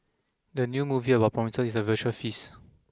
the new movie about food promises a visual feast